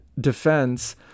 Defense